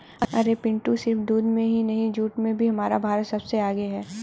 अरे पिंटू सिर्फ दूध में नहीं जूट में भी हमारा भारत सबसे आगे हैं